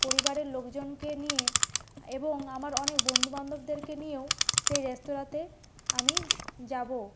পরিবারের লোকজনকে নিয়ে এবং আমার অনেক বন্ধু বান্ধবদেরকে নিয়েও সেই রেস্তোরাঁতে আমি যাবো